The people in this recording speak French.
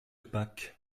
pâques